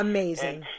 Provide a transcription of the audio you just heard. Amazing